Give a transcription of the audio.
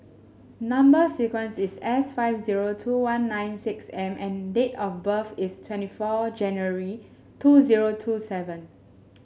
number sequence is S five zero two one nine six M and date of birth is twenty four January two zero two seven